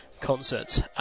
concert